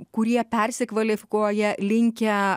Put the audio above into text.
kurie persikvalifikuoja linkę